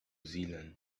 zealand